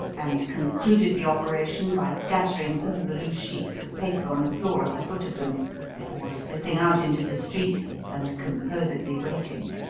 and concluded the operation by scattering all the loose sheets of paper on the floor at the foot of them before slipping out into the street and composedly waiting.